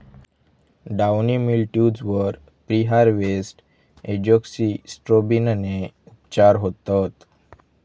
downy mildews वर preharvest एजोक्सिस्ट्रोबिनने उपचार होतत